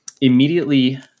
Immediately